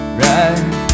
right